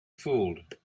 fooled